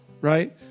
right